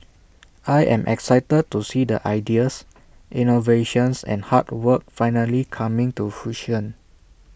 I am excited to see the ideas innovations and hard work finally coming to fruition